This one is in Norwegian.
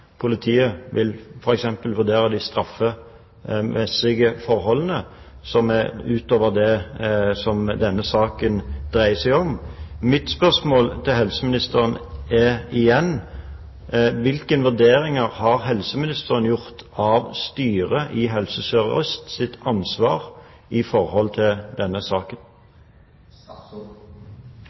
Politiet vil f.eks. vurdere de straffemessige forholdene som går utover det denne saken dreier seg om. Mitt spørsmål til helseministeren er igjen: Hvilke vurderinger har helseministeren gjort når det gjelder ansvaret til styret i Helse Sør-Øst i denne saken? Jeg mener at styret i